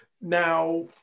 now